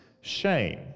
shame